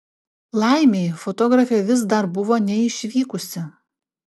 laimei fotografė vis dar buvo neišvykusi